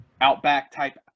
Outback-type